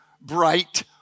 Bright